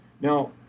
Now